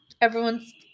everyone's